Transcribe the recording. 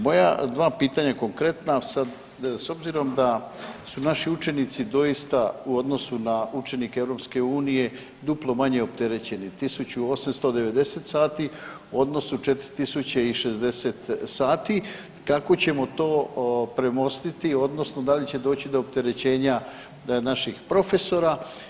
Moja dva pitanja konkretna, sad s obzirom da su naši učenici doista u odnosu na učenike EU duplo manje opterećeni 1890 sati u odnosu 4060 sati, kako ćemo to premostiti odnosno da li će doći do opterećenja naših profesora?